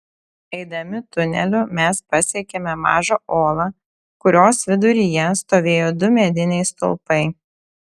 eidami tuneliu mes pasiekėme mažą olą kurios viduryje stovėjo du mediniai stulpai